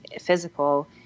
physical